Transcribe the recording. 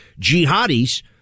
jihadis